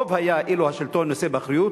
טוב היה אילו השלטון היה נושא באחריות